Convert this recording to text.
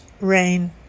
rain